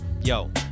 yo